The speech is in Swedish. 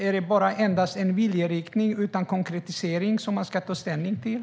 Är det endast en viljeinriktning utan konkretisering som man ska ta ställning till?